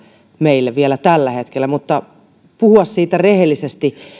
meille vielä tällä hetkellä puhumaan siitä rehellisesti